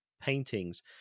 paintings